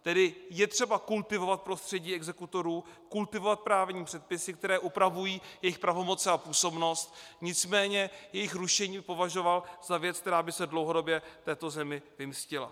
Tedy je třeba kultivovat prostředí exekutorů, kultivovat právní předpisy, které upravují jejich pravomoci a působnost, nicméně jejich rušení bych považoval za věc, která by se dlouhodobě této zemi vymstila.